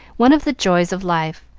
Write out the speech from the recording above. one of the joys of life,